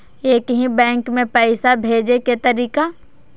एक ही बैंक मे पैसा भेजे के तरीका?